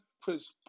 Chris